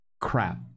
crap